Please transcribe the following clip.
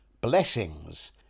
Blessings